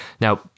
now